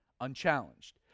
unchallenged